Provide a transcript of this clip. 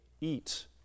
eat